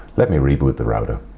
let me reboot the router.